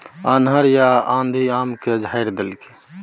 अन्हर आ आंधी आम के झाईर देलकैय?